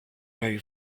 very